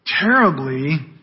terribly